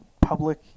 public